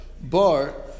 bar